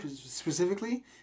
specifically